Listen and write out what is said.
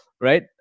right